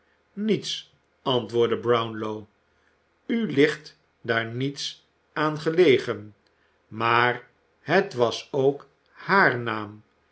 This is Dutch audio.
niets antwoordde brown ow u ligt daar niets aan gelegen maar het was ook haar naam